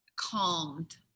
calmed